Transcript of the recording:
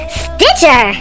stitcher